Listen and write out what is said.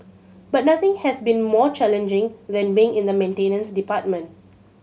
but nothing has been more challenging than being in the maintenance department